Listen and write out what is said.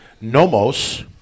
nomos